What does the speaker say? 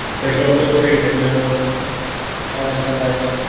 there's no filtering, there's no column select,